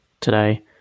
today